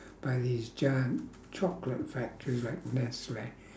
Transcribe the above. by these giant chocolate factories like nestle